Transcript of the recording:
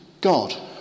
God